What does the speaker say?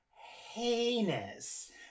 heinous